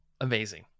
Amazing